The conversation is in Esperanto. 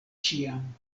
ĉiam